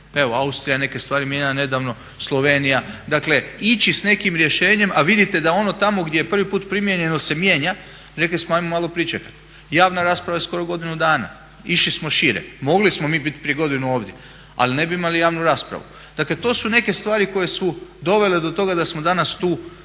evo Austrija je neke stvari mijenjala nedavno, Slovenija. Dakle, ići s nekim rješenjem a vidite da ono tamo gdje je prvi put primijenjeno se mijenja, rekli smo ajmo malo pričekat, javna rasprava je skoro godinu dana, išli smo šire. Mogli smo mi bit prije godinu ovdje ali ne bi imali javnu raspravu. Dakle, to su neke stvari koje su dovele do toga da smo danas tu sa